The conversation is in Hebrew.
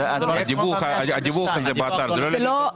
הדיווח באתר זה לא להגיש דוח?